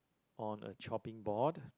on a chopping board